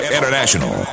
International